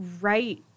right